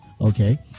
okay